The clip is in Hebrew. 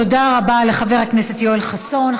תודה רבה לחבר הכנסת יואל חסון.